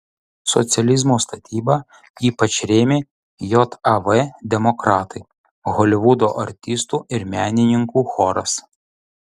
socializmo statybą ypač rėmė jav demokratai holivudo artistų ir menininkų choras